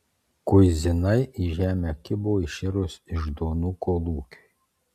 kuizinai į žemę kibo iširus iždonų kolūkiui